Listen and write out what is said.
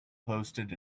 posted